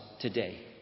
today